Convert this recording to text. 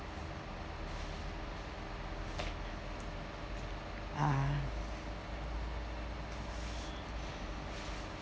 ah